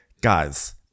guys